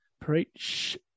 Preach